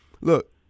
look